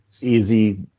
easy